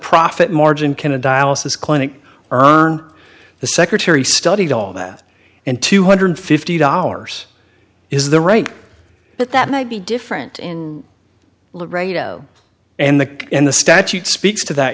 profit margin can a dialysis clinic or earn the secretary studied all that and two hundred and fifty dollars is the right but that might be different in laredo and the in the statute speaks to that